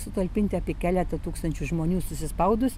sutalpinti apie keletą tūkstančių žmonių susispaudus